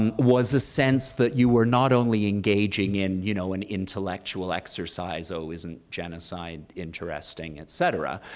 um was a sense that you were not only engaging in you know an intellectual exercise, oh, isn't genocide interesting, etc,